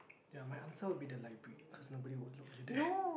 ya my answer will be the library because nobody will look you there